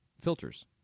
filters